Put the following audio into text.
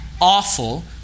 awful